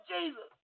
Jesus